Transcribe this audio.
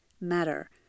matter